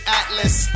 atlas